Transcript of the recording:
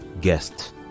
guests